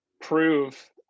prove